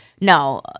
No